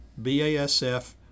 basf